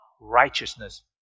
righteousness